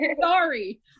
sorry